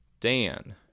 Dan